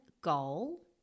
goal